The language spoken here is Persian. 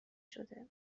شده